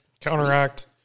counteract